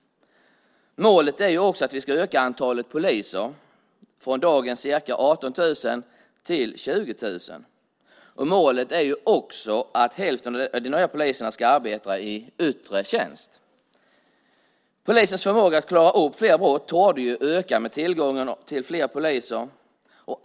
Målet är att vi ska öka antalet poliser från dagens ca 18 000 till 20 000. Målet är också att hälften av dessa poliser ska arbeta i yttre tjänst. Polisens förmåga att klara upp fler brott torde öka med tillgången till fler poliser.